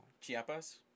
Chiapas